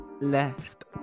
left